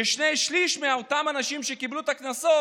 ששני שלישים מאותם אנשים שקיבלו את הקנסות